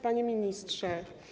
Panie Ministrze!